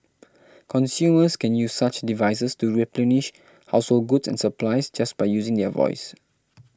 consumers can use such devices to replenish household goods and supplies just by using their voice